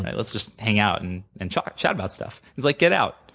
let's just hang out and and chat chat about stuff. he's like, get out.